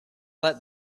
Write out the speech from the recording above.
let